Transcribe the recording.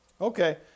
Okay